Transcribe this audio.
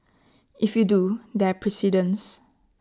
if you do there precedents